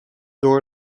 door